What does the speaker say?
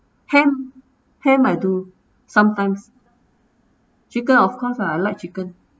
ham ham I do sometimes chicken of course ah I like chicken